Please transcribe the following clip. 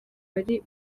bari